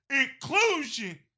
Inclusion